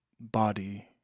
body